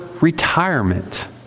retirement